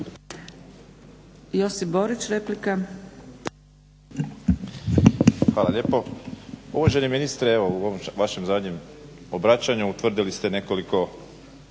Josip (HDZ)** Hvala lijepo. Uvaženi ministre evo u ovom vašem zadnjem obraćanju utvrdili ste nekoliko